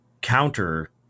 counter